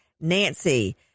nancy